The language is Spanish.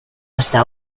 hasta